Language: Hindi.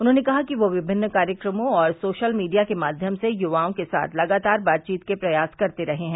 उन्होंने कहा कि वे विभिन्न कार्यक्रमों और सोशल मीडिया के माध्यम से युवाओं के साथ लगातार बातचीत के प्रयास करते रहे हैं